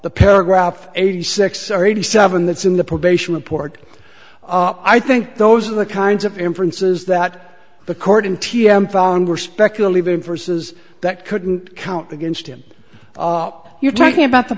the paragraph eighty six or eighty seven that's in the probation report i think those are the kinds of inferences that the court in t m found were speculative in for says that couldn't count against him you're talking about the